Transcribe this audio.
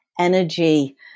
energy